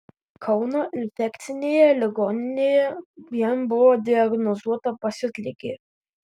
kauno infekcinėje ligoninėje jam buvo diagnozuota pasiutligė